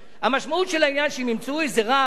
וכולם ישלחו לשם, איזה רבני "צהר", למשל,